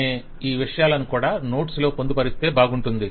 అనే విషయాలను కూడా నోట్స్ లో పొందుపరిస్తే బాగుంటుంది